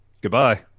Goodbye